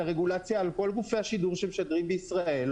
הרגולציה על כל גופי השידור שמשדרים בישראל,